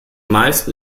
meisten